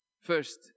First